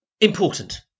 important